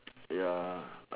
ya